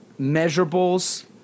measurables